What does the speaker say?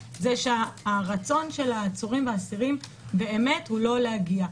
הרצון של העצורים והאסירים הוא לא להגיע.